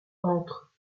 entre